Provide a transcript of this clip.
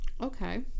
okay